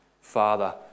Father